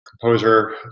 composer